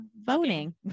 voting